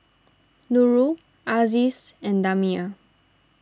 Nurul Aziz and Damia